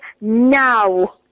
now